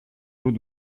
loups